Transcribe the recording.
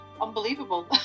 unbelievable